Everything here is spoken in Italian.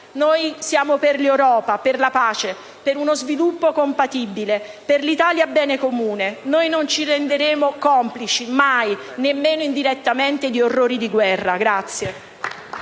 Noi siamo per l'Europa, per la pace, per uno sviluppo compatibile, per l'Italia bene comune. Noi non ci renderemo complici, mai, nemmeno indirettamente, di orrori di guerra.